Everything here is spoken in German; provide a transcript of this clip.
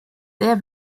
sehr